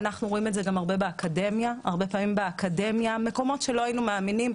אנחנו רואים את זה הרבה באקדמיה במקומות שלא היינו מאמינים.